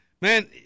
man